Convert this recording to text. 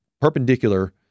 perpendicular